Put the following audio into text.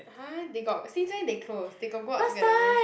!huh! they got since when they close they got go out together meh